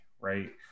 right